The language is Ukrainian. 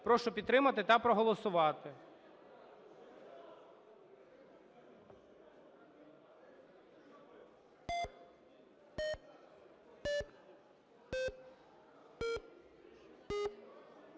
Прошу підтримати та проголосувати.